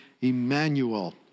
Emmanuel